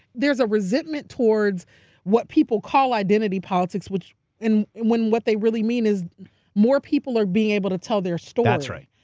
there's a resentment towards what people call identity politics, and when what they really mean is more people are being able to tell their story. that's right.